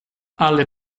alle